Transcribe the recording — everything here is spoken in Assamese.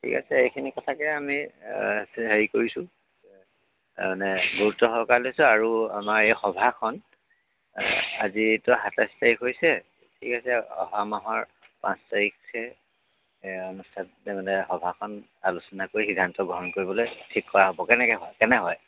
ঠিক আছে এইখিনি কথাকে আমি হেৰি কৰিছোঁ তাৰমানে গুৰুত্ব সহকাৰে লৈছোঁ আৰু আমাৰ এই সভাখন আজিতো সাতাইছ তাৰিখ হৈছে ঠিক আছে অহা মাহৰ পাঁচ তাৰিখে অনুষ্ঠানটো তেনেদৰে সভাখন আলোচনা কৰি সিদ্ধান্ত গ্ৰহণ কৰিবলৈ ঠিক কৰা হ'ব কেনেকৈ হয় কেনে হয়